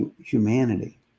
humanity